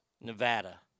Nevada